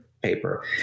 paper